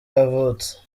yavutse